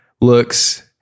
looks